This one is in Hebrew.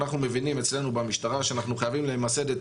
אנחנו מבינים אצלנו במשטרה שאנחנו חייבים למסד את